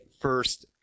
first